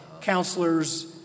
counselors